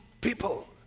people